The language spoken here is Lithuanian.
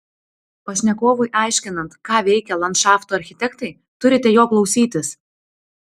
pašnekovui aiškinant ką veikia landšafto architektai turite jo klausytis